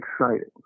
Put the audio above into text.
excited